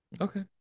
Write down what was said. Okay